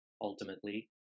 ultimately